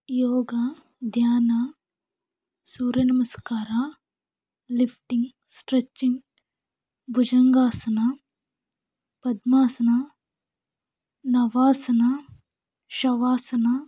ಯೋಗ ಧ್ಯಾನ ಸೂರ್ಯ ನಮಸ್ಕಾರ ಲಿಫ್ಟಿಂಗ್ ಸ್ಟ್ರೆಚಿಂಗ್ ಭುಜಂಗಾಸನ ಪದ್ಮಾಸನ ನಾವಾಸನ ಶವಾಸನ